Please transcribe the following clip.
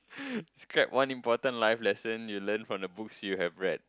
describe one important life lesson you learn from the books you have read